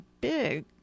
big